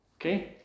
Okay